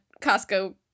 Costco